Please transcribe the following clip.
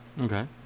Okay